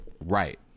right